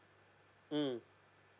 mm